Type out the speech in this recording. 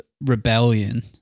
rebellion